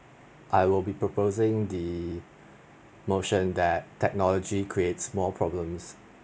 I will be proposing the notion that technology creates more problems